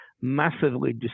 massively